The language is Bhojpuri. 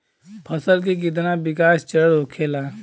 फसल के कितना विकास चरण होखेला?